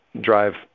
drive